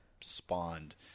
spawned